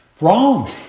Wrong